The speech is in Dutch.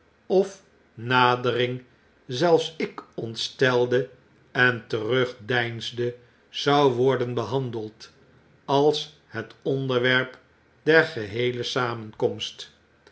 of nadering zelfs ik ontstelde en terugdeinsde zou worden behandeld als het onderwerp der geheele samenkomst